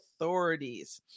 authorities